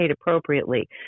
appropriately